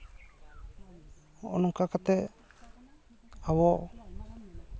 ᱦᱚᱸᱜᱼᱚ ᱱᱚᱝᱠᱟ ᱠᱟᱛᱮᱫ ᱟᱵᱚ